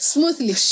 Smoothly